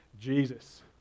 Jesus